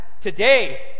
Today